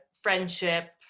friendship